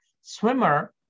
swimmer